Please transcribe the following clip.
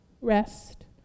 Rest